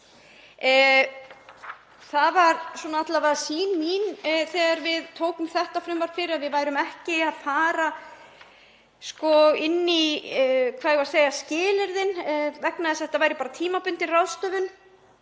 Það var alla vega sýn mín þegar við tókum þetta frumvarp fyrir að við værum ekki að fara inn í skilyrðin vegna þess að þetta væri bara tímabundin ráðstöfun.